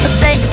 say